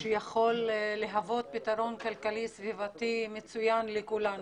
שיכול להיות פתרון כלכלי סביבתי מצוין לכולנו.